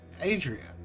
Adrian